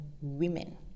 women